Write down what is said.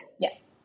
Yes